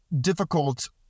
difficult